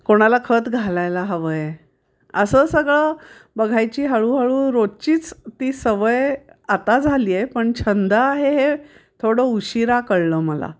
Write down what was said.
कोणाला खत घालायला हवं आहे असं सगळं बघायची हळूहळू रोजचीच ती सवय आता झाली आहे पण छंद आहे हे थोडं उशीरा कळलं मला